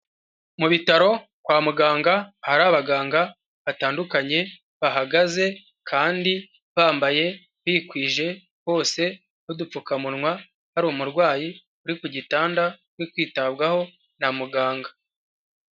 Mu bitaro kwa muganga hari abaganga batandukanye bahagaze kandi bambaye bikwije hose badupfukamunwa hari umurwayi uri ku gitanda uri kwitabwaho na muganga.